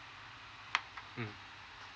mm